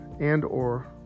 and/or